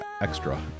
extra